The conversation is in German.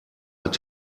hat